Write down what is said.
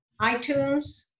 iTunes